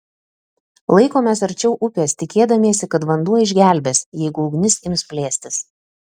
laikomės arčiau upės tikėdamiesi kad vanduo išgelbės jeigu ugnis ims plėstis